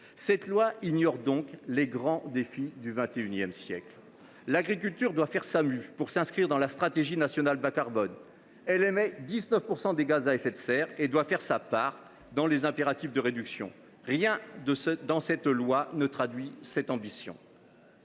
Ce texte ignore donc les grands défis du XXI siècle. L’agriculture doit faire sa mue pour s’inscrire dans la stratégie nationale bas carbone. Elle émet 19 % des gaz à effet de serre et doit prendre sa part dans les impératifs de réduction. Rien dans ce texte ne traduit cette ambition.